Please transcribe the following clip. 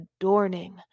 adorning